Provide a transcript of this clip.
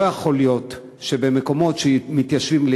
לא יכול להיות שבמקומות שמתיישבים בהם,